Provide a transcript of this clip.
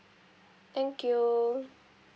thank you